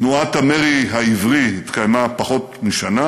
תנועת המרי העברי התקיימה פחות משנה,